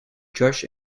josh